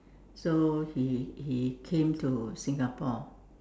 so he he came to Singapore